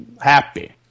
happy